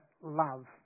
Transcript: love